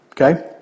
okay